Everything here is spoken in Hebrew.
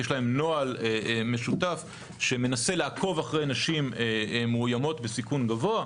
יש להם נוהל משותף שמנסה לעקוב אחרי נשים מאוימות בסיכון גבוה.